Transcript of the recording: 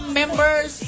members